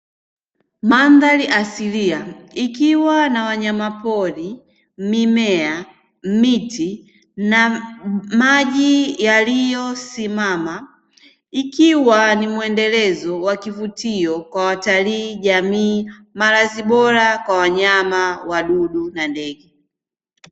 Mandhari asilia ikiwa na: wanyamapori, mimea, miti na maji yaliyosimama; ikiwa ni mwendelezo wa kivutio kwa watalii, jamii; malazi bora kwa wanyama, wadudu na ndege.